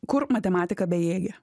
kur matematika bejėgė